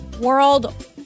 World